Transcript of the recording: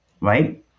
right